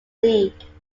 league